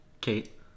Kate